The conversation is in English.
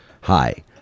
Hi